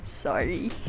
sorry